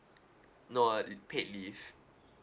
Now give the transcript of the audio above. no uh l~ paid leave